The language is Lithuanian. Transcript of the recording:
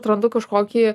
atrandu kažkokį